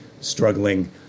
struggling